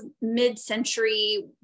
mid-century